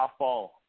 softball